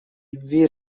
любви